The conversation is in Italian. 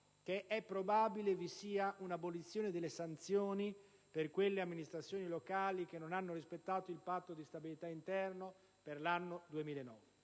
che è probabile vi sia un'abolizione delle sanzioni per quelle amministrazioni locali che non hanno rispettato il Patto di stabilità interno per l'anno 2009.